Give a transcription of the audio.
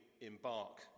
embark